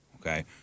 Okay